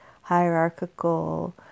hierarchical